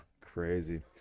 Crazy